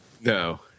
No